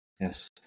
Yes